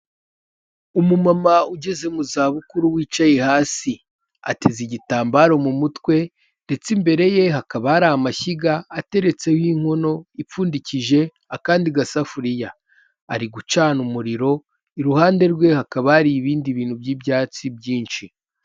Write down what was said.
Umumama ugeze mu zabukuru wicaye hasi, ateze igitambaro mu mutwe ndetse imbere ye hakaba hari amashyiga ateretseho inkono ipfundikije akandi gasafuriya, ari gucana umuriro iruhande rwe hakaba hari ibindi bintu by'ibyatsi byinshi.